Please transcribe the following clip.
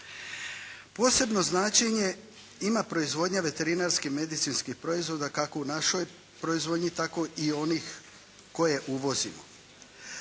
Posebno značenje ima proizvodnja veterinarsko-medicinskih proizvoda kako u našoj proizvodnji, tako i onih koje uvozimo.